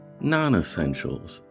non-essentials